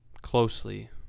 Closely